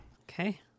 Okay